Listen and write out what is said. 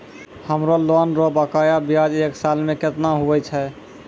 हमरो लोन रो बकाया ब्याज एक साल मे केतना हुवै छै?